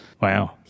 Wow